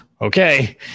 okay